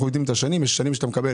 אנחנו יודעים את השנים, יש שנים שאתה מקבל